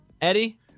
Eddie